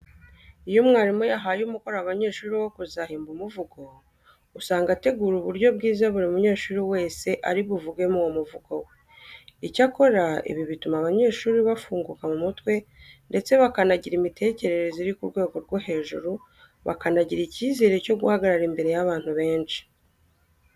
Iyo umwarimu yahaye umukoro abanyeshuri wo kuzahimba umuvugo, usanga ategura uburyo bwiza buri munyeshuri wese ari buvugemo uwo muvugo we. Icyakora ibi bituma abanyeshuri bafunguka mu mutwe ndetse bakanagira imitekerereze iri ku rwego rwo hejuru bakanagira icyizere cyo guhagarara imbere y'abantu benshi.